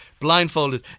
blindfolded